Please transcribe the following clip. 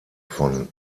von